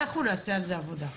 אנחנו נעשה על זה עבודה.